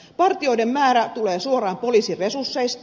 partioiden määrä tulee suoraan poliisin resursseista